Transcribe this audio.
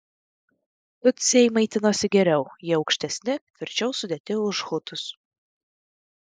tutsiai maitinosi geriau jie aukštesni tvirčiau sudėti už hutus